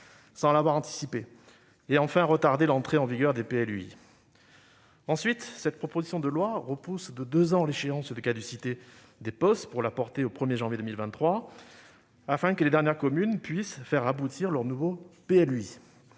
sans l'avoir anticipé ; enfin, retarder l'entrée en vigueur des PLUi. Deuxièmement, cette proposition de loi tend à repousser de deux ans l'échéance de caducité des POS, pour la porter au 1 janvier 2023, afin que les dernières communes puissent faire aboutir leur nouveau PLUi.